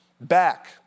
back